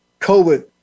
COVID